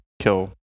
kill